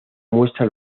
muestra